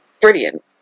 brilliant